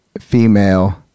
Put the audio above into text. female